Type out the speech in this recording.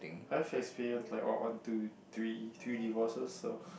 I have experience like what one to three three divorces so